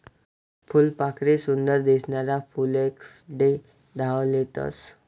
फुलपाखरे सुंदर दिसनारा फुलेस्कडे धाव लेतस